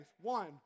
One